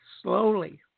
slowly